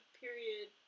period